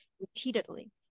repeatedly